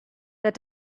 that